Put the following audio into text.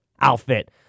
outfit